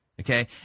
Okay